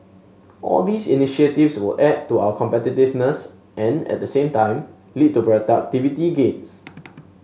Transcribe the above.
all these initiatives will add to our competitiveness and at the same time lead to productivity gains